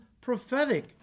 prophetic